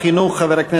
הצעת חוק לחינוך נגד